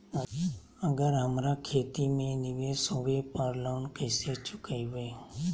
अगर हमरा खेती में निवेस होवे पर लोन कैसे चुकाइबे?